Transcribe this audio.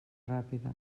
ràpida